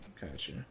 Gotcha